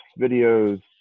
videos